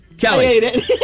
Kelly